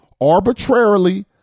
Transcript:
arbitrarily